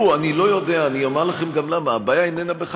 אולי צריך תיקון חקיקה בעניין.